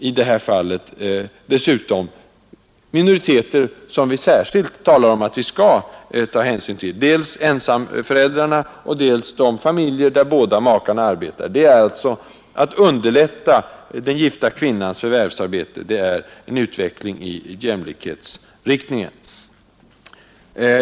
I det här fallet är det dessutom fråga om minoriteter som vi ofta talar om att vi skall ta särskild hänsyn till: dels ensamföräldrarna, dels de familjer där båda makarna arbetar. Det gäller alltså att underlätta den gifta kvinnans förvärvsarbete, och det är en utveckling i jämlikhetsriktning.